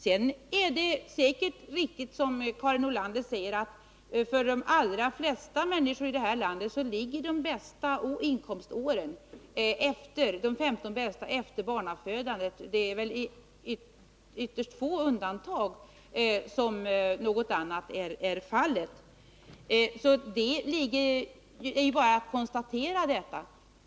Säkert är det riktigt som Karin Nordlander säger, att för de allra flesta människor i det här landet ligger de bästa inkomståren efter barnafödandet; det är väl i ytterst få undantagsfall som något annat förekommer. Det är bara att konstatera detta.